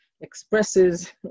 expresses